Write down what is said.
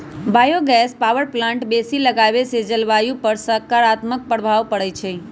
bio gas power plant बेशी लगाबेसे जलवायु पर सकारात्मक प्रभाव पड़इ छै